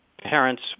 parents